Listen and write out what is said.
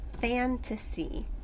fantasy